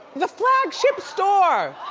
the flagship store!